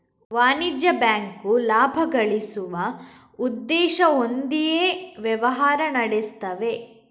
ವಾಣಿಜ್ಯ ಬ್ಯಾಂಕು ಲಾಭ ಗಳಿಸುವ ಉದ್ದೇಶ ಹೊಂದಿಯೇ ವ್ಯವಹಾರ ನಡೆಸ್ತವೆ